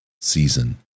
season